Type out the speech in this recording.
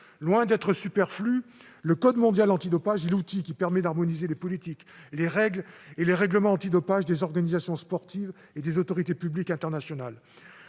Loin d'être superflu, le code mondial antidopage est l'outil qui permet d'harmoniser les politiques, les règles et les règlements antidopage des organisations sportives et des autorités publiques internationales.